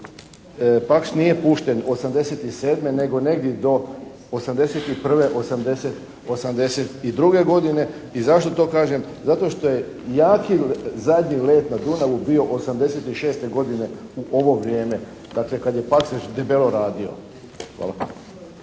"Paks" nije pušten '87. nego negdje do '81., '82. godine. I zašto to kažem? Zato što je …/Govornik se ne razumije./… zadnji let na Dunavu bio '86. godine u ovo vrijeme, dakle kad je "Paks" još debelo radio. Hvala.